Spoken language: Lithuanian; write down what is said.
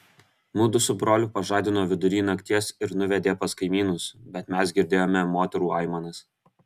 mudu su broliu pažadino vidury nakties ir nuvedė pas kaimynus bet mes girdėjome moterų aimanas